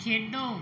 ਖੇਡੋ